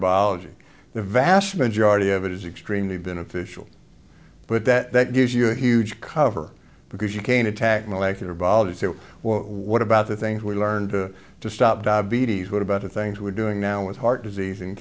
biology the vast majority of it is extremely beneficial but that gives you a huge cover because you can attack molecular biology so well what about the things we learned to stop diabetes what about the things we're doing now with heart disease and